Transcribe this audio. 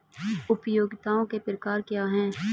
उपयोगिताओं के प्रकार क्या हैं?